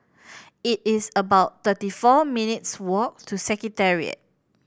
it is about thirty four minutes' walk to Secretariat